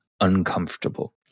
uncomfortable